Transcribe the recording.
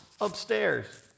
upstairs